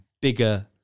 bigger